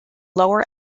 lower